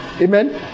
Amen